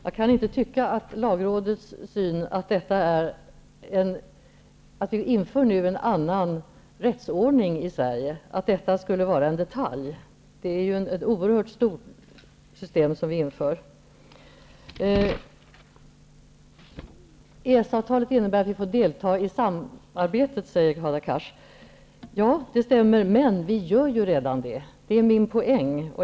Jag kan inte tycka att det att införa en annan rättsordning i Sverige skulle vara en detalj. Det är ett oerhört stort system som vi inför. EES-avtalet innebär att vi får delta i samarbetet, säger Hadar Cars. Det stämmer, men det gör vi ju redan! Det är min poäng.